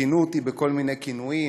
כינו אותי בכל מיני כינויים,